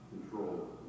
control